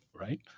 right